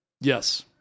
Yes